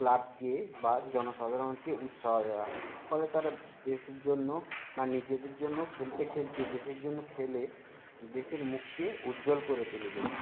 ক্লাবকে বা জনসাধারণকে উৎসাহ দেওয়া ফলে তারা দেশের জন্য বা নিজেদের জন্য খেলতে খেলতে দেশের জন্য খেলে দেশের মুখকে উজ্জ্বল করে তুলবে